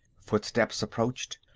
footsteps approached.